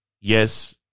yes